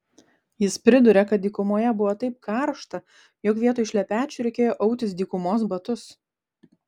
jis priduria kad dykumoje buvo taip karšta jog vietoj šlepečių reikėjo autis dykumos batus